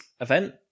event